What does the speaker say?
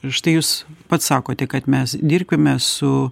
ir štai jūs pats sakote kad mes dirbkime su